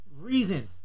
reason